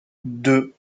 deux